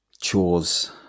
chores